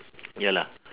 ya lah